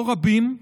לא רבים,